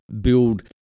build